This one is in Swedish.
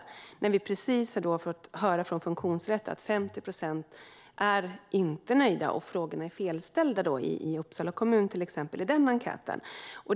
Vi har ju precis fått höra från Funktionsrätt att 50 procent inte är nöjda och att till exempel frågorna i enkäten i Uppsala kommun är felställda.